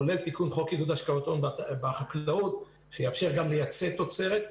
כולל תיקון חוק עידוד השקעות הון בחקלאות שיאפשר גם לייצא תוצרת,